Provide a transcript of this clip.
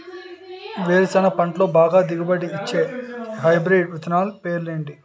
వేరుసెనగ పంటలో బాగా దిగుబడి వచ్చే హైబ్రిడ్ విత్తనాలు పేర్లు ఏంటి?